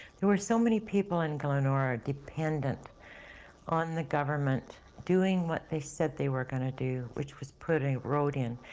there was so many people in glenora dependent on the government doing what they said they were going to do which was put a road in.